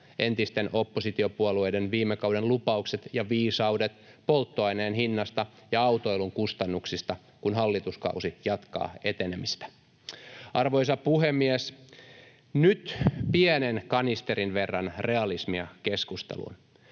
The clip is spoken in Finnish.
entisten oppositiopuolueiden viime kauden lupaukset ja viisaudet polttoaineen hinnasta ja autoilun kustannuksista, kun hallituskausi jatkaa etenemistä. Arvoisa puhemies! Nyt pienen kanisterin verran realismia keskusteluun: